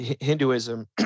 Hinduism